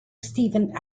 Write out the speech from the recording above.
stephen